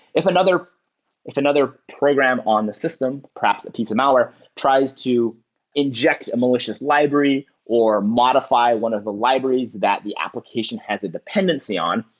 if another if another program on the system, perhaps a piece of malware tries to inject a malicious library or modify one of the libraries that the application has a dependency on,